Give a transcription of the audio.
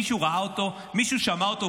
מישהו ראה אותו, מישהו שמע אותו?